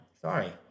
Sorry